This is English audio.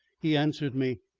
he answered me.